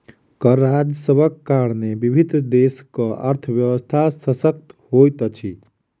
कर राजस्वक कारणेँ विभिन्न देशक अर्थव्यवस्था शशक्त होइत अछि